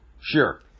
Sure